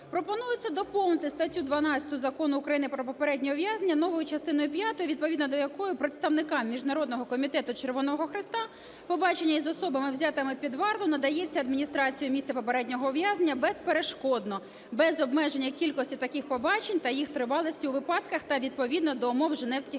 Пропонується доповнити статтю 12 Закону України "Про попереднє ув'язнення" новою частиною п'ятою, відповідно до якої представникам Міжнародного Комітету Червоного Хреста побачення із особами, взятими під варту, надається адміністрацією місця попереднього ув'язнення безперешкодно, без обмеження кількості таких побачень та їх тривалості у випадках та відповідно до умов Женевських